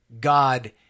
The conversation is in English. God